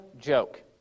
joke